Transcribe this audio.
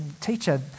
teacher